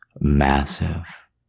Massive